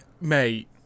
Mate